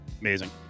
Amazing